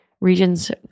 regions